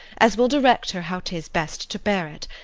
as we'll direct her how tis best to bear it.